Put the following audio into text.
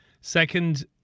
Second